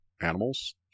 animals